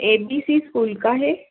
ए B C school का हे